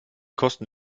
kosten